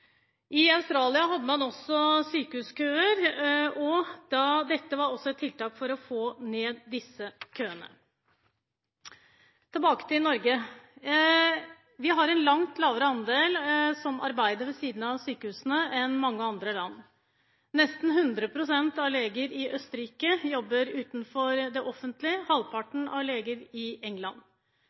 I Australia hadde man også sykehuskøer, og dette var også et tiltak for å få ned disse køene. Tilbake til Norge. Vi har en langt lavere andel som arbeider utenom sykehusene, enn mange andre land. Nesten 100 pst. av legene i Østerrike jobber utenfor det offentlige, halvparten av legene i England.